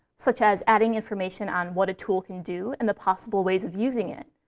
such as adding information on what a tool can do and the possible ways of using it,